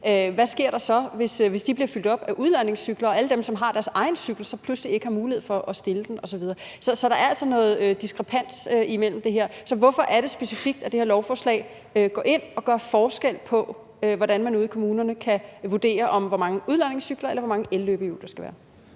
hvad der sker, hvis de bliver fyldt op af udlejningscykler, så alle dem, som har deres egen cykel, pludselig ikke har mulighed for at stille den osv. Der er altså noget diskrepans i det her. Hvorfor er det specifikt, at det her lovforslag går ind og gør forskel på, hvordan man ude i kommunerne kan vurdere, hvor mange udlejningscykler eller hvor mange elløbehjul der skal være?